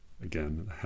Again